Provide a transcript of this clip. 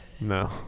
No